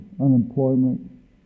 unemployment